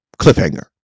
Cliffhanger